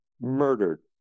murdered